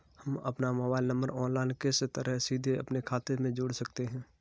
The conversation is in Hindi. हम अपना मोबाइल नंबर ऑनलाइन किस तरह सीधे अपने खाते में जोड़ सकते हैं?